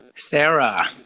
sarah